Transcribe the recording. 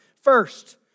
First